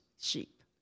sheep